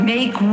Make